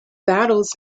battles